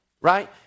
right